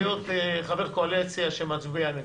חבר קואליציה שמצביע נגדו.